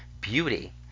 Beauty